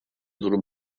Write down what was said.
durum